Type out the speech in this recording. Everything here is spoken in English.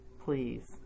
Please